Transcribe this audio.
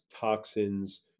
toxins